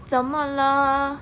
怎么了